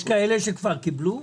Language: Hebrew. יש כאלה שכבר 'קיבלו?